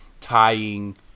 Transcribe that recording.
tying